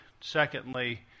Secondly